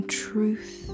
truth